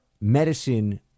medicine